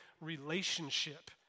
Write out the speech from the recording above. relationship